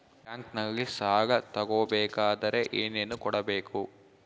ಬ್ಯಾಂಕಲ್ಲಿ ಸಾಲ ತಗೋ ಬೇಕಾದರೆ ಏನೇನು ಕೊಡಬೇಕು?